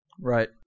Right